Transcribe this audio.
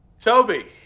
Toby